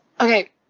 Okay